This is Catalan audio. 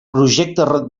projecte